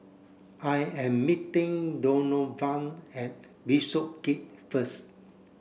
I am meeting Donovan at Bishopsgate first